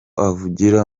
avugira